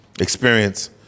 experience